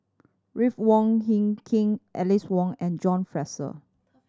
Ruth Wong Hie King Alice Ong and John Fraser